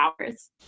hours